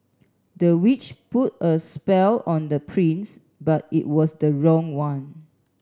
the witch put a spell on the prince but it was the wrong one